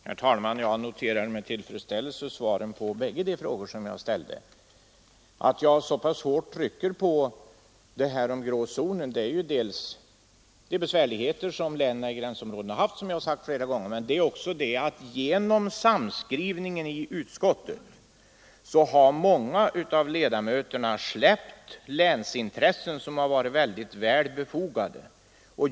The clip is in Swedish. Herr talman! Jag noterar med tillfredsställelse svaren på bägge de frågor som jag ställde. Att jag så pass hårt trycker på det här med den grå zonen beror ju på de besvärligheter som gränsområdena har haft och som har nämnts tidigare flera gånger, men genom sammanskrivningen i utskottet har också många av ledamöterna släppt länsintressen som har varit väl befogade.